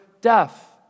death